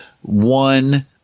one